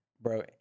Bro